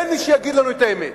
אין מי שיגיד לנו את האמת,